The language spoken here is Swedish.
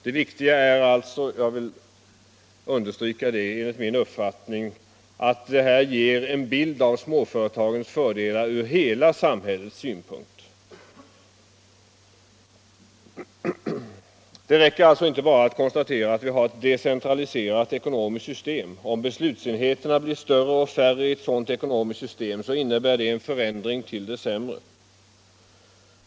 De ger emellertid, jag vill understryka det, en bild av småföretagens fördelar från hela samhällets synpunkt. Det räcker inte att bara konstatera att vi har ett decentraliserat ekonomiskt system; om beslutsenheterna blir större och färre innebär det en förändring till det sämre.